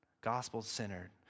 Gospel-centered